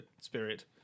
spirit